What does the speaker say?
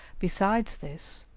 besides this,